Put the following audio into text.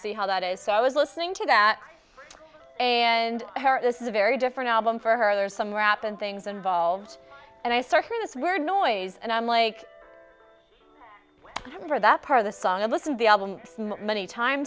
see how that is so i was listening to that and this is a very different album for her there's some rap and things involved and i start hearing this weird noise and i'm like for that part of the song i listen the album many times